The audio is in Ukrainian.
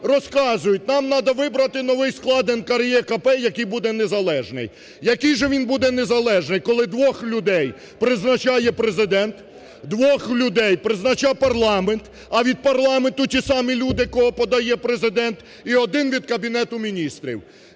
розказують: "Нам треба вибрати новий склад НКРЕКП, який буде незалежний". Який же він буде незалежний, коли двох людей призначає Президент, двох людей призначає парламент, а від парламенту – ті самі люди, кого подає Президент і один – від Кабінету Міністрів.